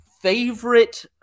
favorite